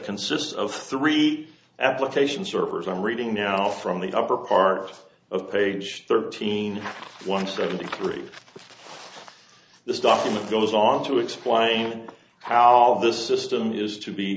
consists of three application servers i'm reading now from the upper part of page thirteen one seventy three this document goes on to explain how this system is to be